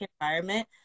environment